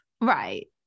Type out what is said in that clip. Right